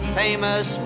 famous